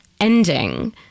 ending